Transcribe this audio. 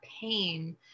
pain